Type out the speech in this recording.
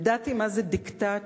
ידעתי מה זה דיקטט,